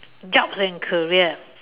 jobs and career